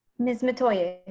miss metoyer?